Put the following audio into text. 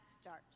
Start